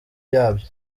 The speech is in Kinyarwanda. yabyo